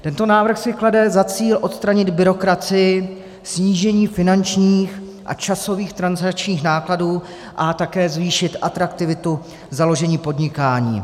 Tento návrh si klade za cíl odstranit byrokracii, snížení finančních a časových transakčních nákladů a také zvýšit atraktivitu založení podnikání.